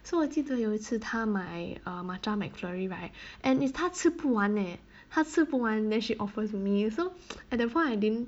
so 我记得有一次他买 matcha mcflurry right and it's 他吃不完 leh how 她吃不完 then she offers me you so at that point I didn't